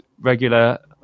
regular